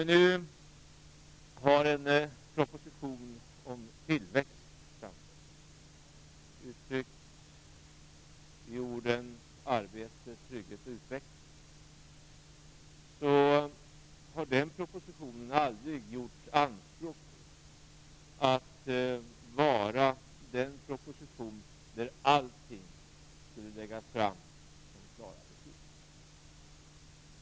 Vi har nu framför oss en propositionen om tillväxt, uttryckt i orden arbete, trygghet och utveckling. Vi har aldrig gjort anspråk på att det skulle vara en proposition där allting skulle läggas fram som klara beslut.